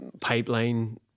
pipeline